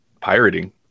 pirating